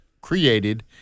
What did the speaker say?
created